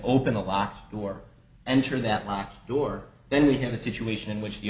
open a locked door enter that locked door then we have a situation in which the